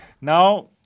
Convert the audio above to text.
now